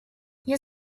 your